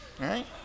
right